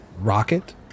Rocket